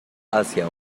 hacia